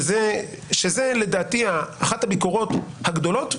וזו לדעתי אחת הביקורות הגדולות,